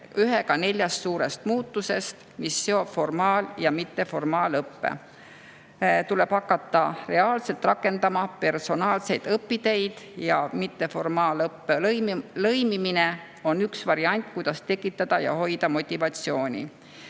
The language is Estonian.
ühega neljast suurest muutusest, mis seob formaal- ja mitteformaalõppe. Tuleb hakata reaalselt rakendama personaalseid õpiteid ja mitteformaalõppe lõimimine on üks variant, kuidas tekitada ja hoida motivatsiooni.